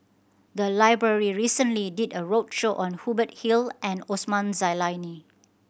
the library recently did a roadshow on Hubert Hill and Osman Zailani